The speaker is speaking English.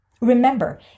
Remember